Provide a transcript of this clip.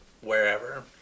wherever